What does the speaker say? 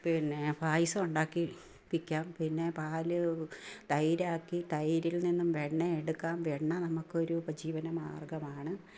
പിന്നെ പായസമുണ്ടാക്കി വില്ക്കാം പിന്നെ പാല് തൈരാക്കി തൈരിൽ നിന്നും വെണ്ണയെടുക്കാം വെണ്ണ നമുക്ക് ഒരു ഉപജീവനമാർഗമാണ്